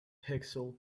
pixel